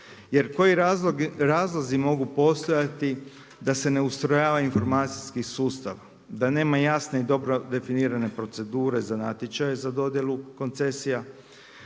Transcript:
Jer koji razlozi mogu postojati da se ne ustrojava informacijski sustav, da nema jasne i dobro definirane procedure za natječaje za dodjelu koncesija,